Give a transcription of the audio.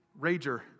rager